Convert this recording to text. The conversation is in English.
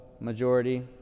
Majority